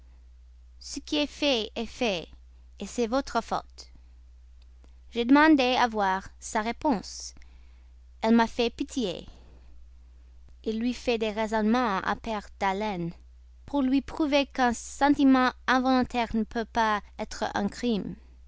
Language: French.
ce qui est fait est fait c'est votre faute j'ai demandé à voir sa réponse i elle m'a fait pitié il lui fait des raisonnements à perte d'haleine pour lui prouver qu'un sentiment involontaire ne peut pas être un crime